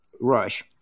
Rush